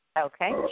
Okay